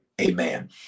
amen